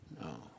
No